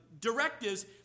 directives